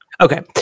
okay